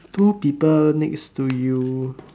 two people next to you